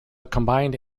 combined